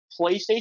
PlayStation